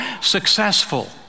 successful